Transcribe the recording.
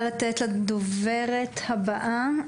רבה.